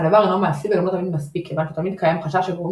אך הדבר אינו מעשי וגם לא תמיד מספיק כיוון שתמיד קיים חשש שגורמים